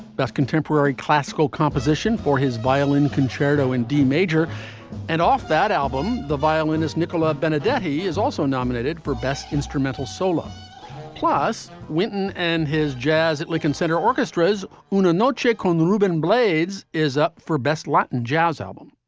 best contemporary classical composition for his violin concerto in d major and off that album, the violinist nicola benedetti is also nominated for best instrumental solo plus, wynton and his jazz at lincoln center orchestras. no, ah no check on the ruben blades is up for best latin jazz album.